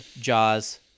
Jaws